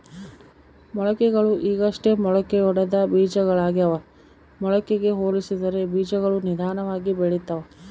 ಮೊಳಕೆಗಳು ಈಗಷ್ಟೇ ಮೊಳಕೆಯೊಡೆದ ಬೀಜಗಳಾಗ್ಯಾವ ಮೊಳಕೆಗೆ ಹೋಲಿಸಿದರ ಬೀಜಗಳು ನಿಧಾನವಾಗಿ ಬೆಳಿತವ